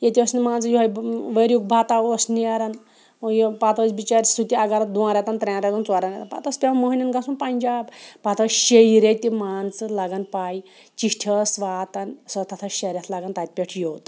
ییٚتہِ ٲس نہٕ مان ژٕ یِہٕے ؤرۍ یُک بَتہ اوس نیران یہِ پَتہٕ ٲسۍ بَچٲرۍ سُہ تہِ اگر دۄن رٮ۪تَن ترٛٮ۪ن رٮ۪تَن ژورَن رٮ۪تَن پَتہٕ ٲس پٮ۪وان موٚہنوٮ۪ن گژھُن پنجاب پَتہٕ ٲسۍ شیٚیہِ ریٚتہِ مان ژٕ لَگان پَے چِٹھۍ ٲس واتان سۄ تَتھ ٲسۍ شےٚ رٮ۪تھ لَگان تَتہِ پٮ۪ٹھ یوٚت